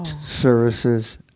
services